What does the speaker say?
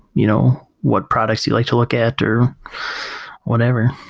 you know what products you like to look at, or whatever